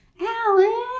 Alan